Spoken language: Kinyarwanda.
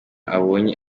abonye